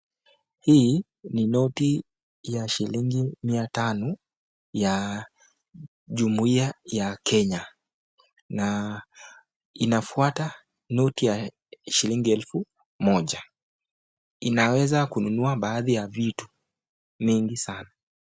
Hii ni noti ya shilingi mia tano ya jumuiya ya Kenya na inafuata noti ya shilingi elfu moja. Inaweza kununua baadhi ya vitu mingi sana.